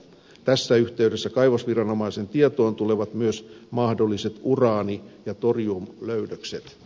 tässä yhteydessä kaivosviranomaisen tietoon tulevat myös mahdolliset uraani ja toriumlöydökset